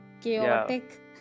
chaotic